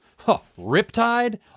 Riptide